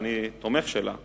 שאני תומך שלה,